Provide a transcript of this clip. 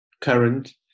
current